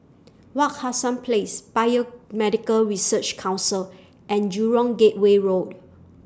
Wak Hassan Place Biomedical Research Council and Jurong Gateway Road